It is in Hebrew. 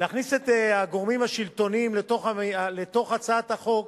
להכניס את הגורמים השלטוניים לתוך הצעת החוק,